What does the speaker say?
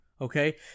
Okay